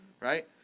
right